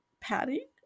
patty